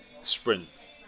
sprint